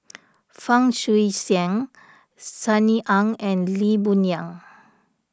Fang Guixiang Sunny Ang and Lee Boon Yang